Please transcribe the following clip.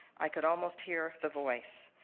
i could almost hear the voice.